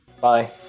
Bye